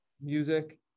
music